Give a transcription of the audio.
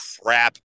crap